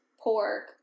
pork